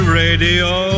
radio